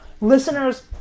Listeners